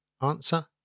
Answer